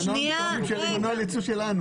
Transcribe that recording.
זה נוהל ייצוא שלנו.